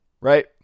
Right